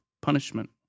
punishment